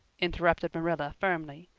interrupted marilla firmly,